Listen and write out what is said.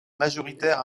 majoritaire